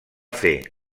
fer